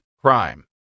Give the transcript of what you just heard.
crime